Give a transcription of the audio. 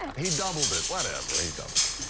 he doubled it, whatever. he doubled